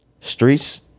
streets